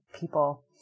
people